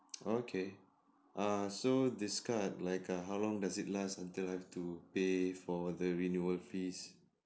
okay err so this card like err how long does it last until I have to pay for the renewal fees